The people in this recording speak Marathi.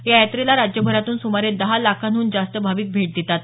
या यात्रेला राज्यभरातून सुमारे दहा लाखांहन जास्त भाविक भेट देतात